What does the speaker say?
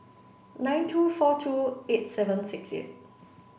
nine two four two eight seven six eight